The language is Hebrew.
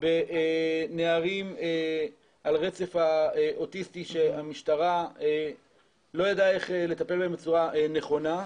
בנערים על הרצף האוטיסטי שהמשטרה לא ידעה איך לטפל בהם בצורה נכונה,